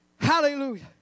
Hallelujah